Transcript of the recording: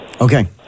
Okay